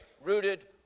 rooted